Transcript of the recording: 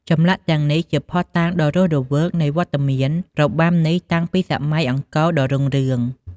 ចម្លាក់ទាំងនេះជាភស្តុតាងដ៏រស់រវើកនៃវត្តមានរបាំនេះតាំងពីសម័យអង្គរដ៏រុងរឿង។